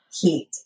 heat